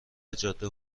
جاده